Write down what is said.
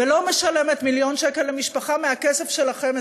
ולא משלמת מיליון שקל למשפחה מהכסף שלכם,